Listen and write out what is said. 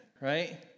right